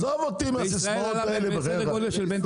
עזוב אותי מהסיסמאות האלה, בחייך.